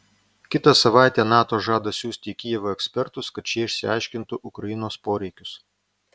kitą savaitę nato žada siųsti į kijevą ekspertus kad šie išsiaiškintų ukrainos poreikius